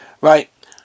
right